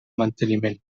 manteniment